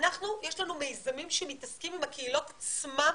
לנו יש מיזמים שמתעסקים עם הקהילות עצמן,